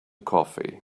coffee